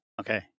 Okay